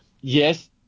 Yes